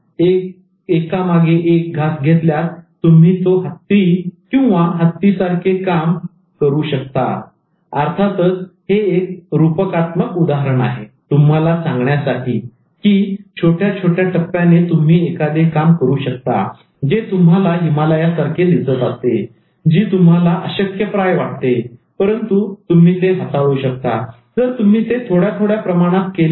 तर एकामागे एक घास घेतल्यास तुम्ही तो हत्ती खाऊ शकता परंतु अर्थातच हे एक रूपकात्मक उदाहरण आहे तुम्हाला सांगण्यासाठी की छोट्या छोट्या टप्प्याने तुम्ही एकादे काम करू शकता जे तुम्हाला हिमालयासारखे दिसत असते जी तुम्हाला अशक्यप्राय वाटते परंतु तुम्ही ते हाताळू शकता जर तुम्ही ते थोड्या थोड्या प्रमाणात केले तर